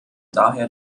daher